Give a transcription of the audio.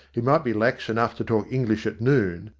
he might be lax enough to talk english at noon,